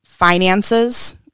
finances